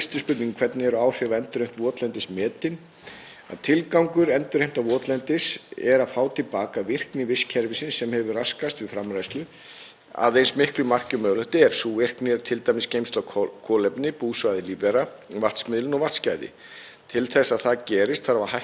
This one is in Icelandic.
að eins miklu marki og mögulegt er. Sú virkni er t.d. geymsla á kolefni, búsvæði lífvera, vatnsmiðlun og vatnsgæði. Til að það gerist þarf að hækka grunnvatnshæð upp að yfirborði mýrarinnar og næst því þar með að tefja eða stöðva vatnsrennsli í gegnum svæðið. Hægt er að fylgjast með vatnshæð með því að setja niður vatnshæðarrör.